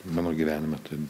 mano gyvenime tai